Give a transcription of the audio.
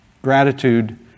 Gratitude